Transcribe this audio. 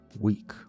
week